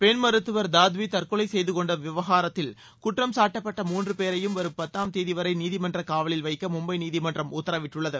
பெண் மருத்துவர் தாத்வி பாயல் தற்கொலை கெய்து கொண்ட விவகாரத்தில் குற்றம் சாட்டப்பட்ட மூன்று பேரையும் வரும் பத்தாம் தேதி வரை நீதிமன்ற காவலில் வைக்க மும்பை நீதிமன்றம் உத்தரவிட்டுள்ளது